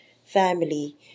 family